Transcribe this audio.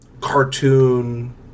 cartoon